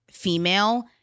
female